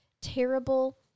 terrible